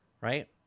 right